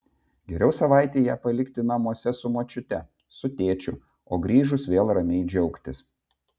geriau savaitei ją palikti namuose su močiute su tėčiu o grįžus vėl ramiai džiaugtis